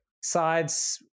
sides